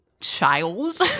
child